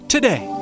Today